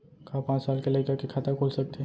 का पाँच साल के लइका के खाता खुल सकथे?